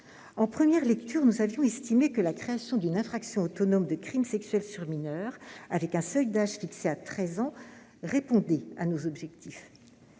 En première lecture, nous avions estimé que la création d'une infraction autonome de crime sexuel sur mineur, avec un seuil d'âge fixé à 13 ans, répondait à nos objectifs.